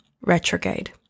retrograde